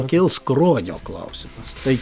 kils kruonio klausimas tai